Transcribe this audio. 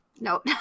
No